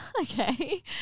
Okay